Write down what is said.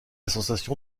sensation